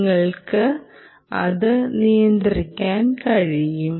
നിങ്ങൾക്ക് അത് നിയന്ത്രിക്കാൻ കഴിയും